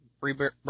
rebirth